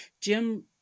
Jim